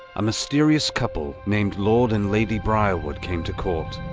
a mysterious couple named lord and lady briarwood came to court.